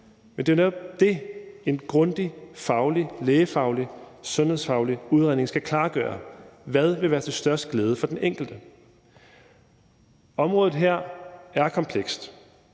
om. Det er jo netop det, en grundig, faglig, lægefaglig, sundhedsfaglig udredning skal klargøre: Hvad vil være til størst glæde for den enkelte? Området her er komplekst,